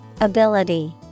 Ability